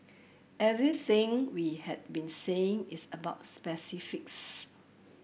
everything we have been saying is about specifics